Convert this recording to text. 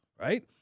Right